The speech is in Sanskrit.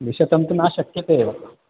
द्विशतं तु न शक्यते एव